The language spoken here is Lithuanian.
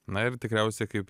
na ir tikriausiai kaip